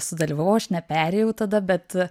sudalyvavau aš neperėjau tada bet